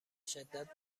شدت